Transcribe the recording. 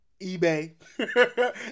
eBay